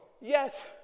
Yes